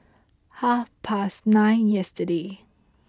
half past nine yesterday